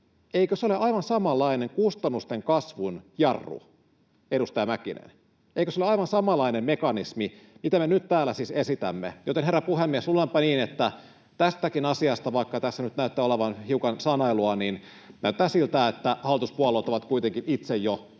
Eikö se ole aivan samanlainen kustannusten kasvun jarru, edustaja Mäkinen? Eikö se ole aivan samanlainen mekanismi, mitä me nyt täällä siis esitämme? Joten, herra puhemies, luulenpa niin, että tässäkin asiassa, vaikka tässä nyt näyttää olevan hiukan sanailua, näyttää siltä, että hallituspuolueet ovat kuitenkin itse jo